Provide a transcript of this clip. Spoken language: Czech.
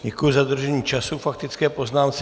Děkuji za dodržení času k faktické poznámce.